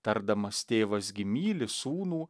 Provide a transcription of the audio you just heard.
tardamas tėvas gi myli sūnų